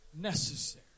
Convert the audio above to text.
necessary